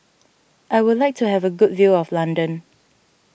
I would like to have a good view of London